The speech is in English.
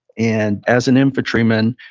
and as an infantryman,